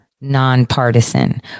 nonpartisan